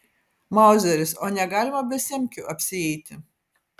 mauzeris o negalima be semkių apsieiti